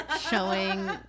showing